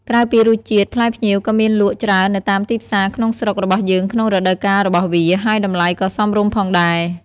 ក្រៅពីរសជាតិ ផ្លែផ្ញៀវក៏មានលក់ច្រើននៅតាមទីផ្សារក្នុងស្រុករបស់យើងក្នុងរដូវកាលរបស់វា ហើយតម្លៃក៏សមរម្យផងដែរ។